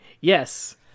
Yes